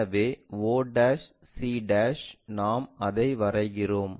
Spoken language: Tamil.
எனவே o c நாம் அதை வரைகிறோம்